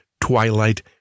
twilight